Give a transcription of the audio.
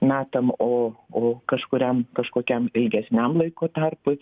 metam o o kažkuriam kažkokiam ilgesniam laiko tarpui